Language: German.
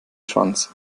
schwanz